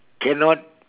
cannot